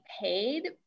paid